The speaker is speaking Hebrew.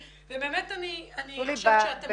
ובאמת אני חושבת שאתם עושים את הדבר הנכון.